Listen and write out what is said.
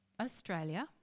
Australia